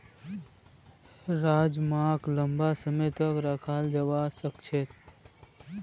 राजमाक लंबा समय तक रखाल जवा सकअ छे